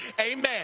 Amen